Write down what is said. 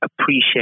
appreciate